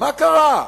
מה קרה?